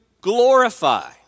glorify